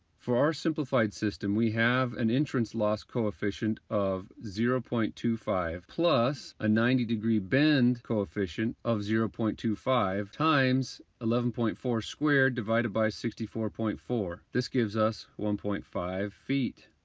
for our simplified system we have an entrance loss coefficient of zero point two five plus a ninety degree bend coefficient of zero point two five times eleven point four squared divided by sixty four point four. this gives us one point five feet.